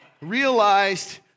realized